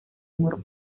humor